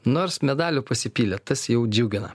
nors medalių pasipylė tas jau džiugina